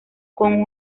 con